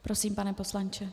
Prosím, pane poslanče.